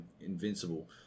invincible